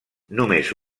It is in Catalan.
només